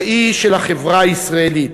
ראי של החברה הישראלית,